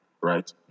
right